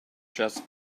just